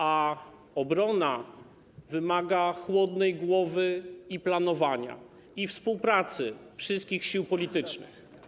A obrona wymaga chłodnej głowy i planowania, i współpracy wszystkich sił politycznych.